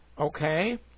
Okay